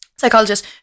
psychologist